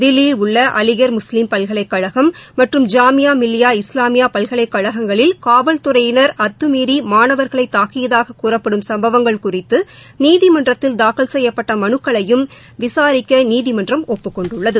தில்லியில் உள்ள அலிகள் முஸ்லீம் பல்கலைக்கழகம் மற்றும் ஜாமியா மில்லியா இஸ்லாமியா பல்கலைக்கழகங்களில் காவல்துறையினா் அத்தமீறி மாணவா்களை தாக்கியதாக கூறப்படும் சம்பவங்கள் குறித்து நீதிமன்றத்தில் தாக்கல் செய்யப்பட்ட மனுக்களையும் விசாரிக்க நீதிமன்றம் ஒப்புக் கொண்டுள்ளது